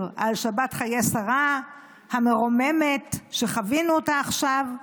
על שבת חיי שרה המרוממת שחווינו עכשיו,